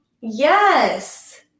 Yes